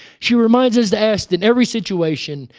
she reminds us to ask in every situation,